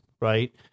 right